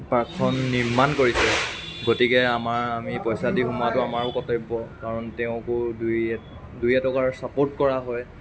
পাৰ্কখন নিৰ্মাণ কৰিছে গতিকে আমাৰ আমি পইচা দি সোমোৱাটো আমাৰো কৰ্তব্য কাৰণ তেওঁকো দুই এক দুই এটকাৰ ছাপ'ৰ্ট কৰা হয়